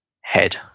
head